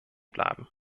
bleiben